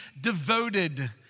devoted